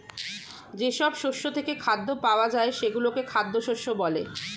যেসব শস্য থেকে খাদ্য পাওয়া যায় সেগুলোকে খাদ্য শস্য বলে